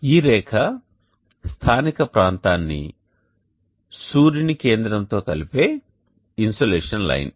ఈ రేఖ స్థానిక ప్రాంతాన్ని సూర్యుని కేంద్రం తో కలిపే ఇన్సోలేషన్ లైన్